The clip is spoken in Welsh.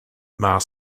mae